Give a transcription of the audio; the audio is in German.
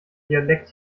dialekt